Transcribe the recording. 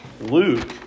Luke